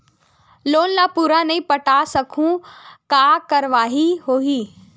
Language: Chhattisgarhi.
लोन ला पूरा नई पटा सकहुं का कारवाही होही?